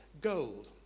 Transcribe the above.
Gold